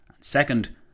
second